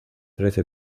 trece